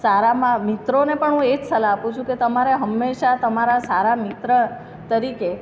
સારામાં મિત્રોને પણ હું એ જ સલાહ આપું છું કે તમારા હંમેશાં તમારા સારા મિત્ર તરીકે